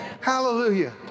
Hallelujah